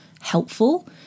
helpful